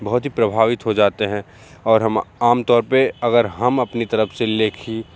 बहुत ही प्रभावित हो जाते हैं और हम आमतौर पे अगर हम अपनी तरफ़ से लेखी